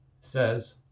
says